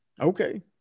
Okay